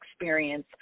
experience